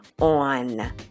on